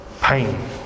pain